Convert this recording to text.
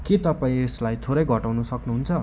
के तपाईँ यसलाई थोरै घटाउन सक्नुहुन्छ